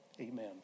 Amen